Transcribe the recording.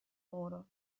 muro